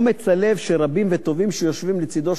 אומץ הלב שרבים וטובים שיושבים לצדו